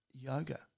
yoga